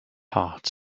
part